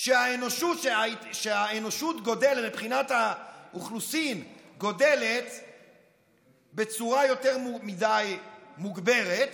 שהאנושות גדלה מבחינת האוכלוסין בצורה יותר מדי מוגברת,